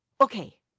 okay